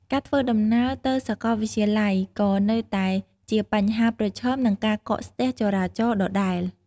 ការធ្វើដំណើរទៅសាកលវិទ្យាល័យក៏នៅតែជាបញ្ហាប្រឈមនឹងការកកស្ទះចរាចរណ៍ដដែល។